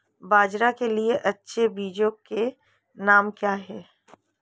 बाजरा के लिए अच्छे बीजों के नाम क्या हैं?